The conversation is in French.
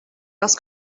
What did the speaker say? parce